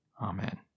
Amen